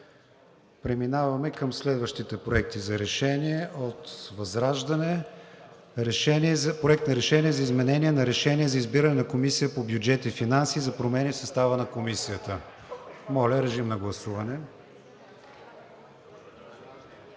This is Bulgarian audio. Преминаваме към следващите проекти за решения от ВЪЗРАЖДАНЕ. Проект на решение за изменение на Решение за избиране на Комисия по бюджет и финанси за промени в състава на Комисията. Гласували